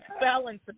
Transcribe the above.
balance